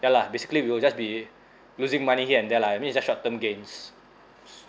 ya lah basically we will just be losing money here and there lah I mean it's just short term gains